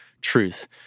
truth